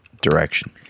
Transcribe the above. direction